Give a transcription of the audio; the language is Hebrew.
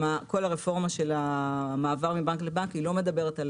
גם כל הרפורמה של המעבר מבנק לבנק לא מדברת על